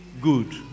good